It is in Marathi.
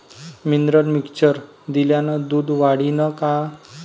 मिनरल मिक्चर दिल्यानं दूध वाढीनं का?